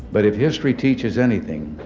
but if history teaches anything,